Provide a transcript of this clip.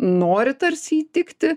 nori tarsi įtikti